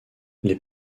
les